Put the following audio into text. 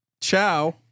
Ciao